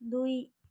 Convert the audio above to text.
ଦୁଇ